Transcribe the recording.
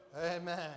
Amen